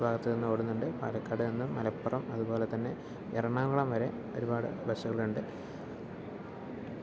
ഭാഗത്ത് നിന്നും ഓടുന്നുണ്ട് പാലക്കാട് നിന്നും മലപ്പുറം അതുപോലെ തന്നെ എറണാകുളം വരെ ഒരുപാട് ബസ്സുകളുണ്ട്